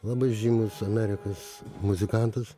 labai žymus amerikos muzikantas